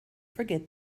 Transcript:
forget